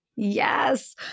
Yes